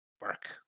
work